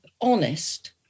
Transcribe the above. honest